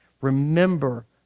Remember